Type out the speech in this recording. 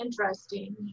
interesting